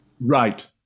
Right